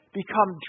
become